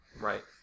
Right